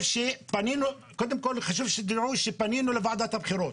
חשוב שתדעו שפנינו לוועדת הבחירות